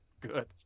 good